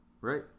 Right